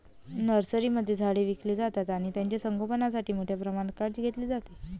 नर्सरीमध्ये झाडे विकली जातात आणि त्यांचे संगोपणासाठी मोठ्या प्रमाणात काळजी घेतली जाते